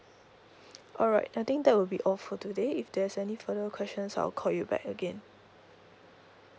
alright I think that will be all for today if there's any further questions I'll call you back again